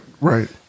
right